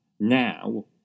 Now